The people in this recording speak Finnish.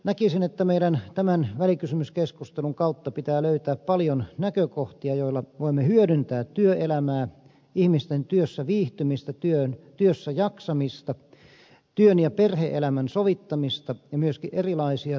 näkisin että meidän tämän välikysymyskeskustelun kautta pitää löytää paljon näkökohtia joilla voimme hyödyntää työelämää ihmisten työssä viihtymistä työssäjaksamista työn ja perhe elämän sovittamista ja myöskin erilaisia työaikaratkaisuja